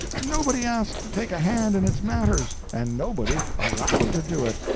nobody asked to take a hand in its matters, and nobody allowed to do it?